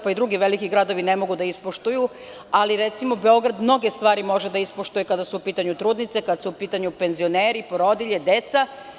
Pa i drugi veliki gradovi ne mogu da ispoštuju, ali, recimo, Beograd mnoge stvari može da ispoštuje kada su u pitanju trudnice, kad su u pitanju penzioneri, porodilje, deca.